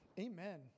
amen